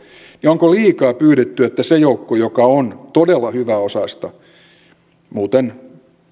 niin onko liikaa pyydetty että se joukko joka on todella hyväosaista on muuten